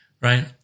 Right